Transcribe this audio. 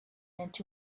into